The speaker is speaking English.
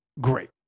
great